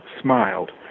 smiled